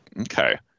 Okay